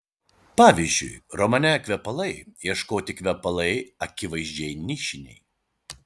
pavyzdžiui romane kvepalai ieškoti kvepalai akivaizdžiai nišiniai